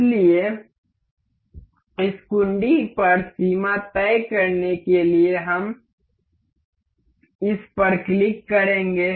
इसलिए इस कुंडी पर सीमा तय करने के लिए हम इस पर क्लिक करेंगे